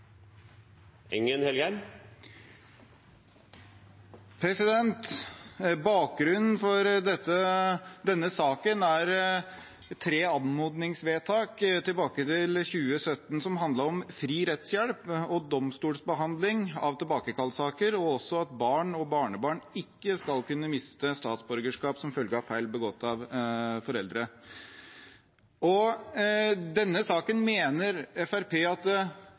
tre anmodningsvedtak tilbake i 2017, som handlet om fri rettshjelp og domstolsbehandling av tilbakekallelsessaker og at barn og barnebarn ikke skal kunne miste statsborgerskapet som følge av feil begått av foreldrene. Denne saken mener Fremskrittspartiet at